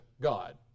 God